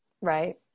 right